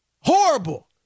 Horrible